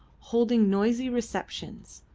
holding noisy receptions.